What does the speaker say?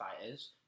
fighters